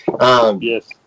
Yes